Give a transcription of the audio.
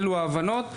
אלו ההבנות.